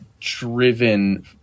driven